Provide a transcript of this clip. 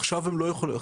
עכשיו הם לא יכולים,